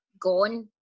gone